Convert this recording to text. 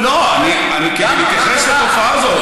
כי אני מתייחס לתופעה הזאת.